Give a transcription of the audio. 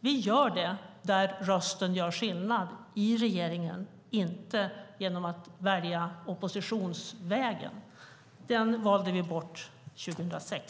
Vi gör det där rösten gör skillnad, i regeringen, inte genom att välja oppositionsvägen. Den valde vi bort 2006.